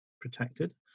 protected